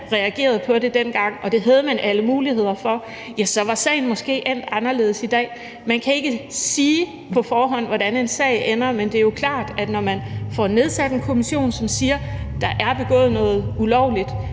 reageret på det dengang, og det havde man alle muligheder for, så var sagen måske endt anderledes i dag. Man kan ikke på forhånd sige, hvordan en sag ender. Men det er jo klart, at når man får nedsat en kommission, som siger, at der er begået noget ulovligt,